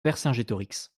vercingétorix